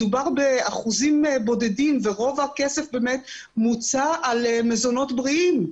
מדובר באחוזים בודדים ורוב הכסף באמת מוצא על מזונות בריאים.